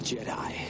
Jedi